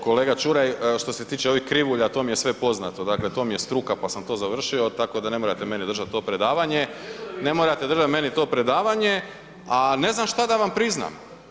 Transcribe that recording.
Kolega Čuraj što se tiče ovih krivulja, to mi je sve poznato, dakle to mi je struka, pa sam to završio, tako da ne morate meni držat to predavanje, ne morate držat meni to predavanje, a ne znam šta da vam priznam.